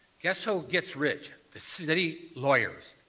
guess who gets rich? the city lawyers.